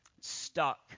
stuck